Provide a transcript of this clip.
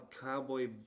cowboy